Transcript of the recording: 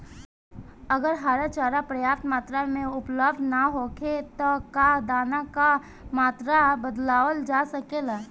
अगर हरा चारा पर्याप्त मात्रा में उपलब्ध ना होखे त का दाना क मात्रा बढ़ावल जा सकेला?